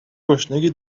گشنگی